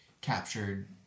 captured